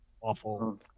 awful